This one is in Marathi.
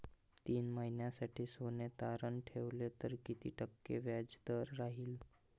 तीन महिन्यासाठी सोने तारण ठेवले तर किती टक्के व्याजदर राहिल?